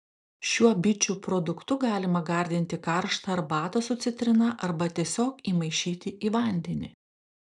šiuo bičių produktu galima gardinti karštą arbatą su citrina arba tiesiog įmaišyti į vandenį